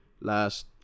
last